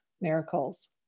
miracles